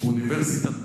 באוניברסיטת בר-אילן.